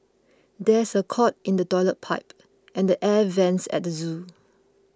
there is a clog in the Toilet Pipe and the Air Vents at the zoo